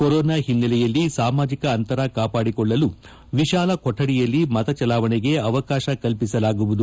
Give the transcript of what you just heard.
corona ಹಿನ್ನೆಲೆಯಲ್ಲಿ ಸಾಮಾಜಿಕ ಅಂತರ ಕಾಪಾಡಿಕೊಳ್ಳಲು ವಿಶಾಲ ಕೊಠಡಿಯಲ್ಲಿ ಮತಚಲಾವಣೆಗೆ ಅವಕಾಶ ಕಲ್ಲಿಸಲಾಗುವುದು